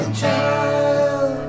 child